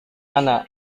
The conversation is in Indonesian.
mana